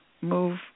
move